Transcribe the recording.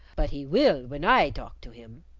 but he will when i talk to him.